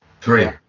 Three